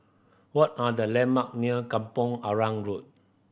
what are the landmark near Kampong Arang Road